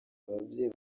ababyeyi